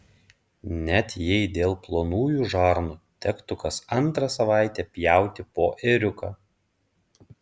net jei dėl plonųjų žarnų tektų kas antrą savaitę pjauti po ėriuką